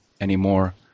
anymore